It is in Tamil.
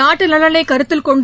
நாட்டு நலனை கருத்தில் கொண்டு